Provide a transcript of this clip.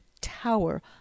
tower